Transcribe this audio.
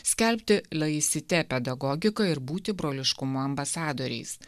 skelbti laicite pedagogiką ir būti broliškumo ambasadoriais